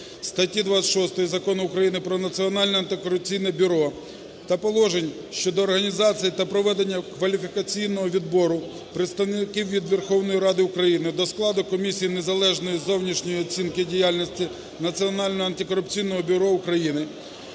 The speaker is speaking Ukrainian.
статті 26 Закону України про Національне антикорупційне бюро та положень щодо організації та проведення кваліфікаційного відбору представників від Верховної Ради України до складу комісії незалежної зовнішньої оцінки діяльності Національного антикорупційного бюро України,